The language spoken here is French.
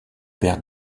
père